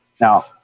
Now